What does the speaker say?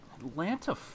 Atlanta